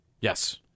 Yes